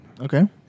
Okay